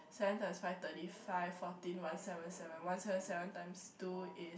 seven times five thirty five forteen one seven seven one seven seven times two is